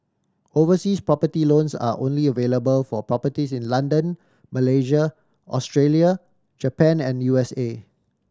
overseas property loans are only available for properties in London Malaysia Australia Japan and U S A